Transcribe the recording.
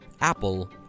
Apple